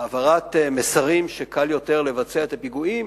העברת מסרים שקל יותר לבצע את הפיגועים